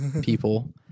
people